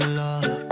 love